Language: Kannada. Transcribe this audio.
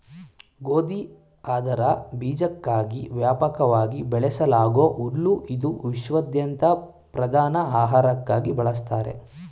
ಗೋಧಿ ಅದರ ಬೀಜಕ್ಕಾಗಿ ವ್ಯಾಪಕವಾಗಿ ಬೆಳೆಸಲಾಗೂ ಹುಲ್ಲು ಇದು ವಿಶ್ವಾದ್ಯಂತ ಪ್ರಧಾನ ಆಹಾರಕ್ಕಾಗಿ ಬಳಸ್ತಾರೆ